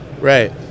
right